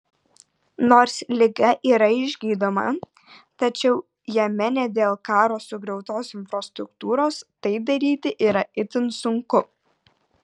nors liga yra išgydoma tačiau jemene dėl karo sugriautos infrastruktūros tai daryti yra itin sunku